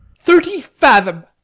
thirty fathom.